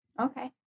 Okay